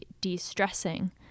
de-stressing